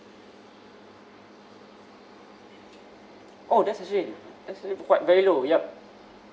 oh that's actually that's actually quite very low yup